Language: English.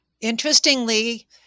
Interestingly